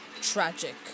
tragic